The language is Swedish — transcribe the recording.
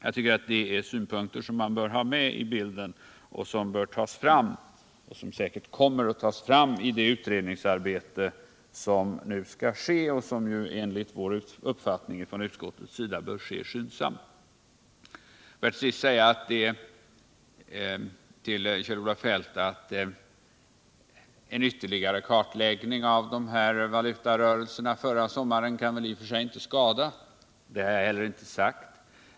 Jag tvcker att det är synpunkter som man bör ha med i bilden och som säkerligen kommer att tas fram i det utredningsarbete som nu skall ske och som enligt utskottets uppfattning bör ske skyndsamt. Får jag till sist säga till Kjell-Olof Feldt att en ytterligare kartläggning av valutarörelserna förra sommaren väl i och för sig inte kan skada. Det har jag heller inte sagt.